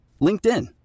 LinkedIn